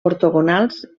ortogonals